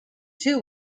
two